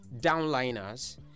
downliners